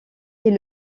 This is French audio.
est